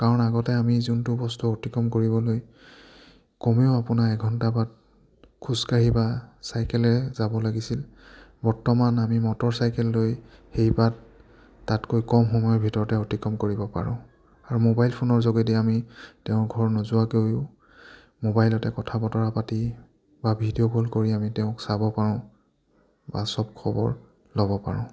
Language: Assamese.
কাৰণ আগতে আমি যোনটো বস্তু অতিক্ৰম কৰিবলৈ কমেও আপোনাৰ এঘণ্টা বাট খোজকাঢ়ি বা চাইকেলেৰে যাব লাগিছিল বৰ্তমান আমি মটৰচাইকেল লৈ সেই বাট তাতকৈ কম সময়ৰ ভিতৰতে অতিক্ৰম কৰিব পাৰোঁ আৰু মোবাইল ফোনৰ যোগেদি আমি তেওঁৰ ঘৰ নোযোৱাকেও মোবাইলতে কথা বতৰা পাতি বা ভিডিঅ' কল কৰি আমি তেওঁক চাব পাৰোঁ বা চব খবৰ ল'ব পাৰোঁ